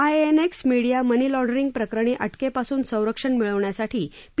INX media money laundering प्रकरणी अटकेपासून संरक्षण मिळवण्यासाठी पी